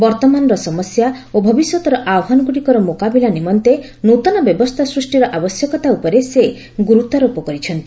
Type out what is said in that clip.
ବର୍ତ୍ତମାନର ସମସ୍ୟା ଓ ଭବିଷ୍ୟତର ଆହ୍ପାନଗୁଡ଼ିକର ମୁକାବିଲା ନିମନ୍ତେ ନୂତନ ବ୍ୟବସ୍ଥା ସୃଷ୍ଟିର ଆବଶ୍ୟକତା ଉପରେ ସେ ଗୁରୁତ୍ୱାରୋପ କରିଛନ୍ତି